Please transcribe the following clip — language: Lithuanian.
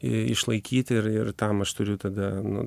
išlaikyti ir ir tam aš turiu tada nu